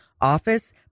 office